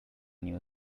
new